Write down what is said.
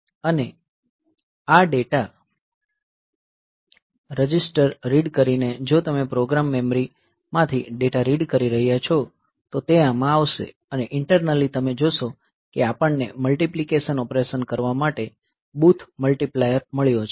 અને આ data register read કરીને જો તમે પ્રોગ્રામ મેમરી માંથી ડેટા રીડ કરી રહ્યા છો તો તે આમાં આવશે અને ઈન્ટરનલી તમે જોશો કે આપણને મલ્ટીપ્લીકેશન ઓપરેશન કરવા માટે બૂથ મલ્ટીપ્લાયર મળ્યો છે